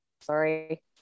sorry